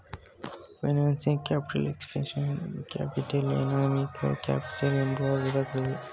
financing capital, experimental capital, economical capital ಎಂಬ ವಿಧಗಳಿವೆ